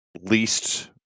least